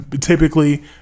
Typically